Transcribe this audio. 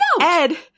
Ed